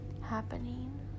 happening